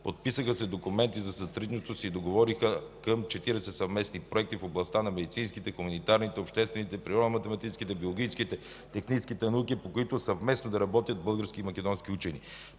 Подписаха се документи за сътрудничество и се договориха към 40 съвместни проекта в областта на медицинските, хуманитарните, обществените, природо-математическите, биологическите, техническите науки, по които съвместно да работят български и македонски учени.